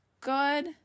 good